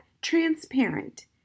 transparent